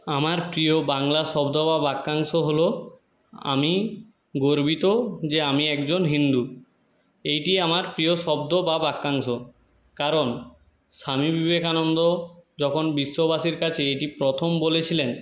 আমার প্রিয় বাংলা শব্দ বা বাক্যংশ হল আমি গর্বিত যে আমি একজন হিন্দু এইটি আমার প্রিয় শব্দ বা বাক্যাংশ কারণ স্বামী বিবেকানন্দ যখন বিশ্ববাসীর কাছে এটি প্রথম বলেছিলেন